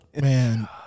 Man